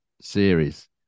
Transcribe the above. series